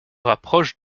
rapproche